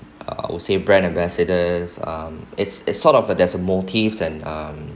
I would say brand ambassadors um it's it's sort of a there's motives and um